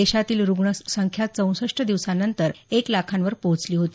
देशातील रुग्ण संख्या चौसष्ट दिवसांनंतर एक लाखावर पोहचली होती